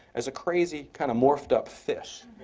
as a crazy, kind of morphed up fish.